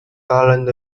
garland